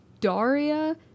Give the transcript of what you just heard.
Daria